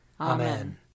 Amen